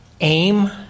aim